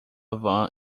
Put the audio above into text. van